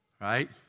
right